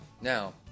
Now